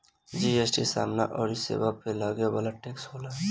GST समाना अउरी सेवा पअ लगे वाला टेक्स होला